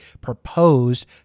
proposed